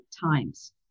times